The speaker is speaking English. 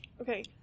okay